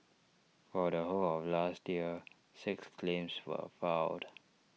for the whole of last year six claims were filed